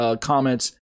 comments